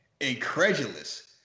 incredulous